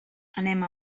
anem